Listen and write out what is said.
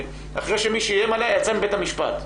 אחרי שמי שאיים עליה יצא מבית המשפט.